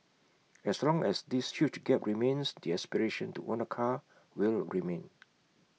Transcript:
as long as this huge gap remains the aspiration to own A car will remain